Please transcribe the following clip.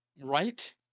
Right